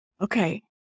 Okay